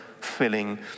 filling